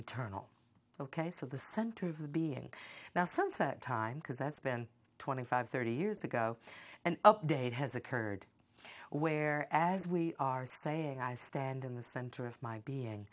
eternal ok so the center of the being now since that time because that's been twenty five thirty years ago an update has occurred where as we are saying i stand in the center of my being